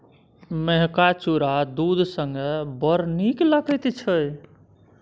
मेहका चुरा दूध संगे बड़ नीक लगैत छै